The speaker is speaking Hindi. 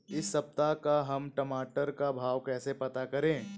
इस सप्ताह का हम टमाटर का भाव कैसे पता करें?